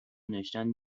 نوشتن